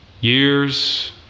years